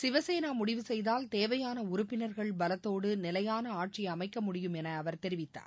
சிவசேனா முடிவு செய்தால் தேவையான உறப்பினர்கள் பலத்தோடு நிலையான ஆட்சி அம்க்க முடியும் என அவர் தெரிவித்தார்